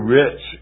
rich